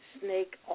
Snake